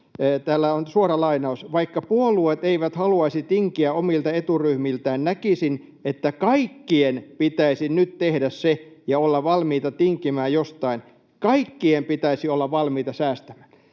leikata. Suora lainaus: ”Vaikka puolueet eivät haluaisi tinkiä omilta eturyhmiltään, näkisin, että kaikkien pitäisi nyt tehdä se ja olla valmiita tinkimään jostakin. Kaikkien pitäisi olla valmiita säästämään.”